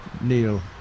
Neil